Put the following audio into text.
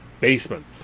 basement